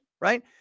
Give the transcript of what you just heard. right